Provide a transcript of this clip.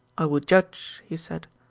i would judge, he said,